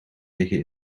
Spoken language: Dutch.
liggen